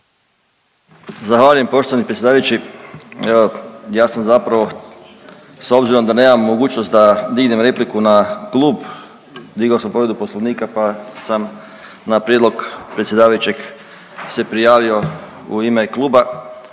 Zahvaljujem poštovani predsjedavajući. Ja sam zapravo s obzirom da nemam mogućnost da dignem repliku na klub digo sam povredu poslovnika pa sam na prijedlog predsjedavajućeg se prijavio u ime kluba